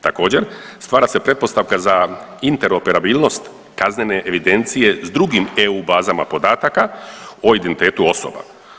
Također stvara se pretpostavka za interoperabilnost kaznene evidencije s drugim EU bazama podataka o identitetu osoba.